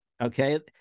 Okay